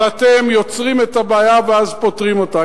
אבל אתם יוצרים את הבעיה ואז פותרים אותה.